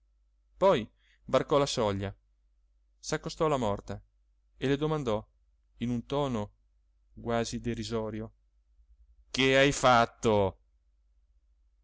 poi varcò la soglia s'accostò alla morta e le domandò in un tono quasi derisorio che hai fatto